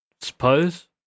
Suppose